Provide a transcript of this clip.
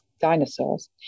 dinosaurs